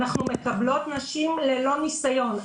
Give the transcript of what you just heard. אנחנו מקבלות נשים ללא ניסיון,